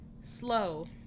slow